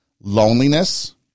loneliness